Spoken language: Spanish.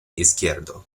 izquierdo